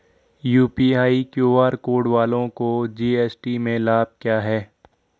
UPI QR code वालों को GST में लाभ क्या है?